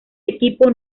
equipo